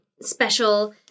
special